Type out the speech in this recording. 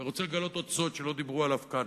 ואני רוצה לגלות עוד סוד שלא גילו אותו כאן: